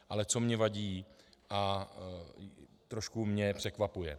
Ale co mně vadí a trošku mě překvapuje.